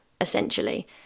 essentially